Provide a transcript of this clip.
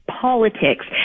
politics